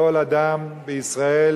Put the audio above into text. לכל אדם בישראל,